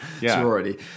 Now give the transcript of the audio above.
sorority